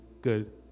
good